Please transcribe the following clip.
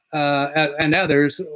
and others,